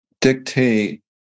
dictate